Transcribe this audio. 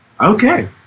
Okay